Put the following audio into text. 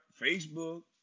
Facebook